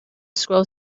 scroll